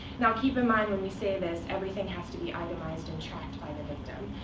now, keep in mind, when we say this, everything has to be itemized and tracked by the victim.